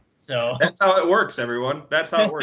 so that's how it works, everyone. that's how it works.